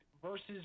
versus